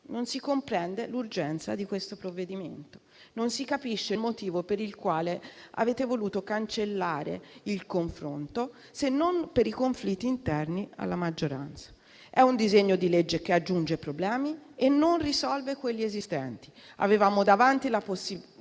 Non si comprende l'urgenza di questo provvedimento. Non si capisce il motivo per il quale avete voluto cancellare il confronto, se non per i conflitti interni alla maggioranza. È un disegno di legge che aggiunge problemi e non risolve quelli esistenti. Avevamo davanti la possibilità